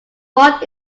what